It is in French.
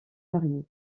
variées